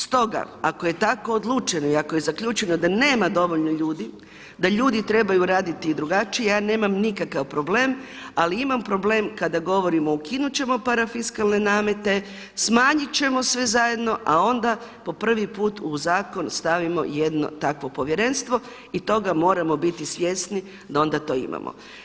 Stoga ako je tako odlučeno i ako je zaključeno da nema dovoljno ljudi, da ljudi trebaju raditi i drugačije, ja nemam nikakav problem ali imam problem kada govorimo ukinuti ćemo parafiskalne namete, smanjiti ćemo sve zajedno a onda po prvi put u zakon stavimo jedno takvo povjerenstvo i toga moramo biti svjesni da onda to imamo.